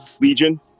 Legion